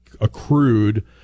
accrued